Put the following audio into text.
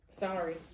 sorry